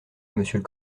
monsieur